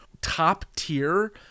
top-tier